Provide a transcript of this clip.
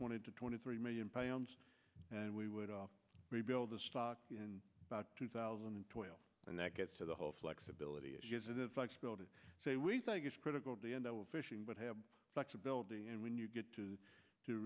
twenty to twenty three million pounds and we would all rebuild the stock in about two thousand and twelve and that gets to the whole flexibility as it is like still to say we think it's critical to end our fishing but have flexibility and when you get to